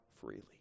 freely